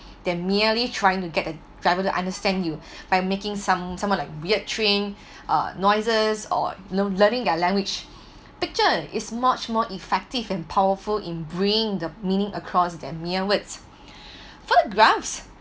than merely trying to get the driver to understand you by making some some what like weird train or noises or know learning their language picture is much more effective and powerful in bringing the meaning across than mere words photographs